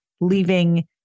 leaving